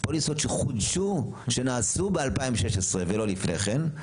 פוליסות שחודשו, שנעשו ב-2016 ולא לפני כן.